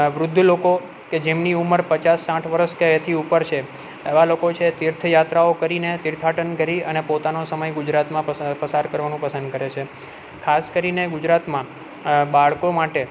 વૃદ્ધ લોકો કે જેમની ઉમર પચાસ સાંઠ વરસ કે એથી ઉપર છે એવા લોકો છે તીર્થ યાત્રાઓ કરીને તીર્થાટન કરી અને પોતાનો સમય ગુજરાતમાં પસાર પસાર કરવાનું પસંદ કરે છે ખાસ કરીને ગુજરાતમાં બાળકો માટે